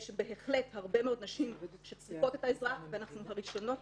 יש בהחלט הרבה מאוד נשים שצריכות את העזרה ואנחנו הראשונות